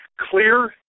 clear